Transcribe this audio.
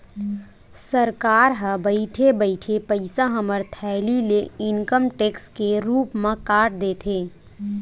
सरकार ह बइठे बइठे पइसा हमर थैली ले इनकम टेक्स के रुप म काट देथे